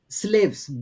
slaves